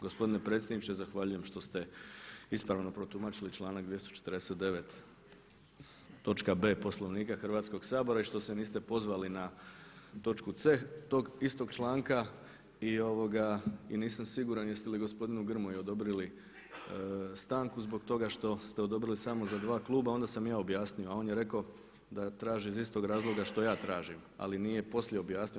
Gospodine predsjedniče zahvaljujem što ste ispravno protumačili članak 249. točka b Poslovnika Hrvatskog sabora i što se niste pozvali na točku c tog istog članka i nisam siguran jeste li gospodinu Grmoji odobrili stanku zbog toga što ste odobrili samo za dva kluba, onda sam ja objasni, a on je rekao da traži iz istog razloga što ja tražim ali nije poslije objasnio.